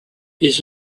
his